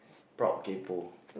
proud kaypo